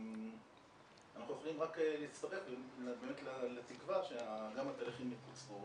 אנחנו יכולים רק להצטרף באמת לתקווה שגם התהליכים יקוצרו